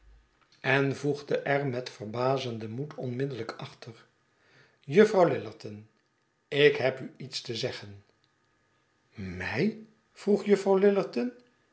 en voegde er met verbazenden moed onmiddellijk achter juffrouw lillerton ik heb u iets te zeggen mij vroeg juffrouw